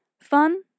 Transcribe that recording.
fun